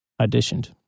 auditioned